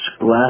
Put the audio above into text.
Glass